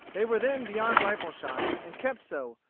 they were then beyond rifle-shot, and kept so,